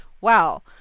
Wow